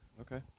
Okay